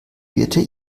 birte